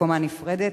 בקומה נפרדת,